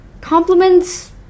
Compliments